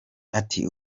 ati